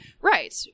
Right